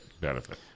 benefit